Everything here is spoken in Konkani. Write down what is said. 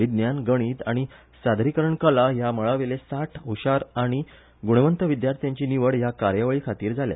विज्ञान गणीत आनी सादरीकरण कला ह्या मळा वयले साठ हशार आनी गुणेस्त विद्याथ्यांची निवड ह्या कार्यावळी खातीर जाल्या